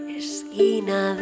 esquina